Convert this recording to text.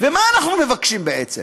ומה אנחנו מבקשים בעצם?